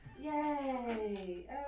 Yay